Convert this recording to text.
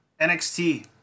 NXT